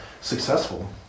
successful